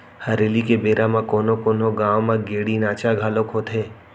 हरेली के बेरा म कोनो कोनो गाँव म गेड़ी नाचा घलोक होथे